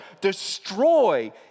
destroy